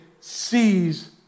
sees